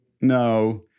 No